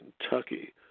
Kentucky